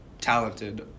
talented